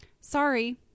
Sorry